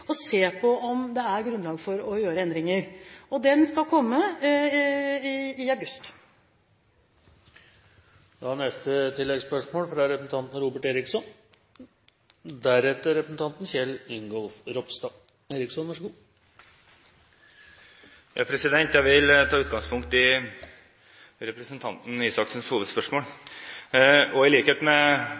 og se om det er grunnlag for å gjøre endringer. Den skal komme i august. Robert Eriksson – til oppfølgingsspørsmål. Jeg vil ta utgangspunkt i representanten Røe Isaksens hovedspørsmål. I likhet med statsråden mottar også undertegnede en rekke henvendelser fra fortvilte Nav-brukere, brukere som føler at de ikke når gjennom, ikke blir hørt, ikke får kontakt med